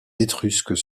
étrusques